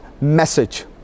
message